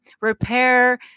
repair